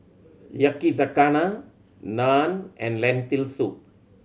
Yakizakana Naan and Lentil Soup